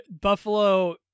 Buffalo